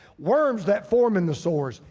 worms that form in the sores,